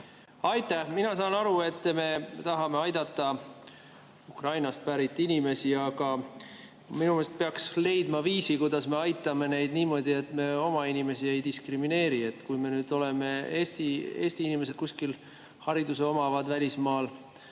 Aitäh! Mina saan aru, et me tahame aidata Ukrainast pärit inimesi, aga minu meelest peaks leidma viisi, kuidas me aitame neid niimoodi, et me oma inimesi ei diskrimineeri. Kui Eesti inimesed kuskil välismaal